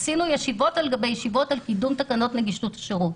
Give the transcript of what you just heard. עשינו ישיבות על גבי ישיבות על קידום תקנות נגישות השירות.